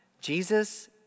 Jesus